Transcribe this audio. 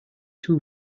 two